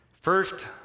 First